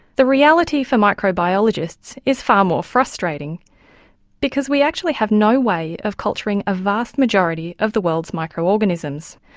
the reality for microbiologists is far more frustrating because we actually have no way of culturing a vast majority of the world's micro-organisms.